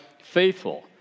faithful